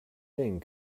thing